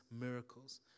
miracles